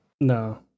No